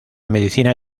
medicina